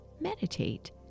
meditate